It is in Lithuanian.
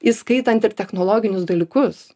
įskaitant ir technologinius dalykus